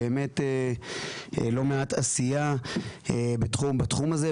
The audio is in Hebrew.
באמת לא מעט עשייה בתחום הזה,